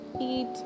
eat